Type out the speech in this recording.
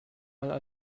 einmal